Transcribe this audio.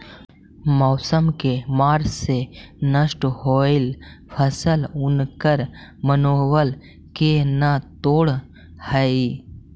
मौसम के मार से नष्ट होयल फसल उनकर मनोबल के न तोड़ हई